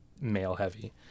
male-heavy